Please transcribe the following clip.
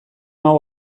hau